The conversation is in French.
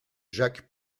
jacques